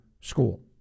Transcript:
school